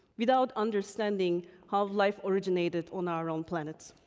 without understanding how life originated on our own planet.